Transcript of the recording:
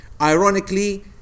Ironically